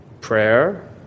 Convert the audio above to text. prayer